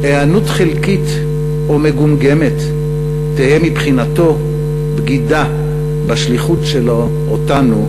היענות חלקית או מגומגמת תהא מבחינתו בגידה בשליחות שלו אותנו,